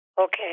okay